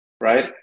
right